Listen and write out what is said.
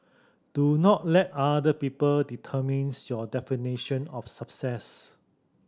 do not let other people determines your definition of success